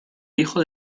hijo